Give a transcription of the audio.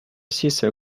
sister